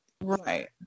Right